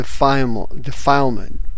defilement